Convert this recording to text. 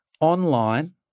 online